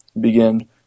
begin